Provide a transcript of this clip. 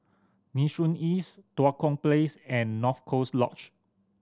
Nee Soon East Tua Kong Place and North Coast Lodge